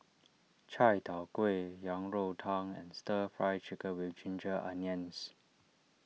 Chai Tow Kuay Yang Rou Tang and Stir Fry Chicken with Ginger Onions